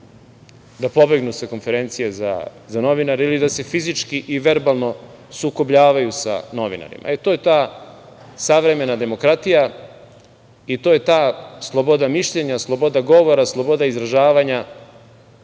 da pobegnu sa konferencije za novinare ili da se fizički i verbalno sukobljavaju sa novinarima. To je ta savremena demokratija i to je ta sloboda mišljenja, sloboda govora, sloboda izražavanja